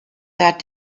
that